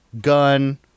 gun